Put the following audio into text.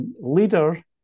leader